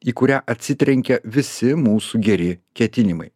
į kurią atsitrenkia visi mūsų geri ketinimai